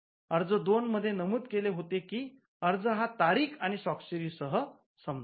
अर्ज दोन मध्ये नमूद केले होते की अर्ज हा तारीख आणि स्वाक्षरीसह संपतो